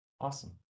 Awesome